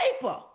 paper